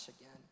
again